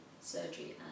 surgery